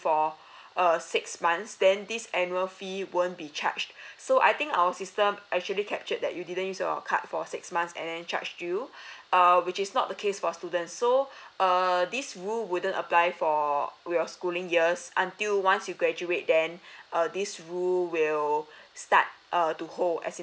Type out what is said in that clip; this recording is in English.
for err six months then this annual fee won't be charged so I think our system actually captured that you didn't use your card for six months and then charged you uh which is not the case for students so err this rule wouldn't apply for your schooling years until once you graduate then err this rule will start uh to hold as in